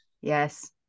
yes